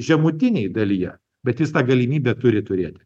žemutinėj dalyje bet jis tą galimybę turi turėti